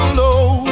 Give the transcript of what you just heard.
low